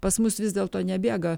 pas mus vis dėlto nebėga